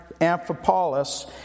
Amphipolis